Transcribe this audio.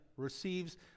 receives